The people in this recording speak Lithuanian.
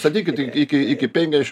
statytkit iki iki penkiasdešimt